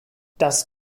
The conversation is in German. das